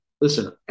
Listen